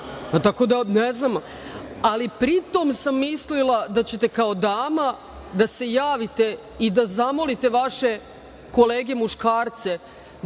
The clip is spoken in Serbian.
tom sam mislila da ćete kao dama, da se javite i da zamolite vaše kolege muškarce